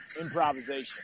improvisation